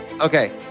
Okay